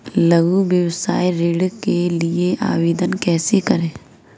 लघु व्यवसाय ऋण के लिए आवेदन कैसे करें?